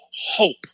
hope